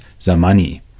zamani